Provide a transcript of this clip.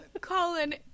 Colin